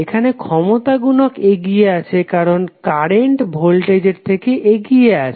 এখানে ক্ষমতা গুনক এগিয়ে আছে কারণ কারেন্ট ভোল্টেজের থেকে এগিয়ে আছে